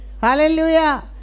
Hallelujah